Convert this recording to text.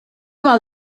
mal